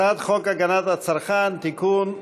הצעת חוק הגנת הצרכן (תיקון,